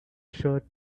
shirt